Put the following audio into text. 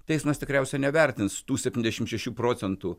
teismas tikriausiai nevertins tų septyniasdešim šešių procentų